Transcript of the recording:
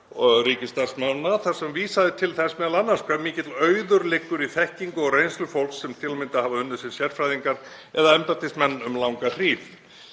ríkisstarfsmanna þar sem vísað er til þess m.a. hve mikill auður liggur í þekkingu og reynslu fólks sem til að mynda hefur unnið sem sérfræðingar eða embættismenn um langa hríð.